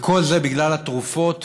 וכל זה בגלל התרופות